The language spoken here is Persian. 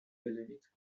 بدونید